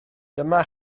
dyma